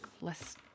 less